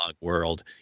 world